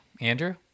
Andrew